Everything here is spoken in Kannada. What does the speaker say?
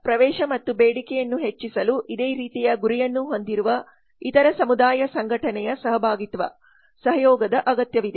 ಪ್ರವೇಶ ಮತ್ತು ಬೇಡಿಕೆಯನ್ನು ಹೆಚ್ಚಿಸಲು ಇದೇ ರೀತಿಯ ಗುರಿಯನ್ನು ಹೊಂದಿರುವ ಇತರ ಸಮುದಾಯ ಸಂಘಟನೆಯ ಸಹಭಾಗಿತ್ವ ಸಹಯೋಗದ ಅಗತ್ಯವಿದೆ